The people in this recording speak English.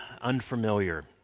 unfamiliar